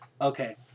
Okay